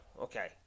Okay